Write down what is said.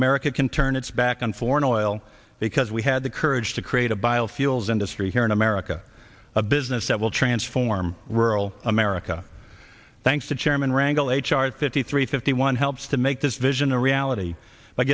america can turn its back on foreign oil because we had the courage to create a biofuels industry here in america a business that will transform rural america thanks to chairman rangle a chart fifty three fifty one helps to make this vision a reality b